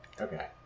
Okay